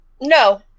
No